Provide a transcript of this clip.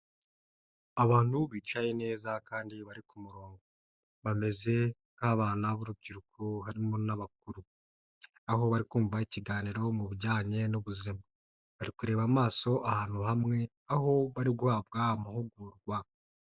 Abantu bicaye neza kandi bari ku murongo bameze nk'abana b'urubyiruko harimo n'abakuru, aho bari kumva ikiganiro mu bijyanye n'ubuzima, bari kureba amaso ahantu hamwe aho bari guhabwa amahugurwa.